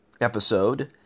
episode